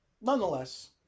nonetheless